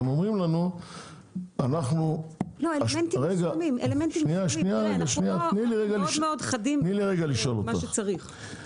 אנחנו מאוד מאוד חדים במה שצריך.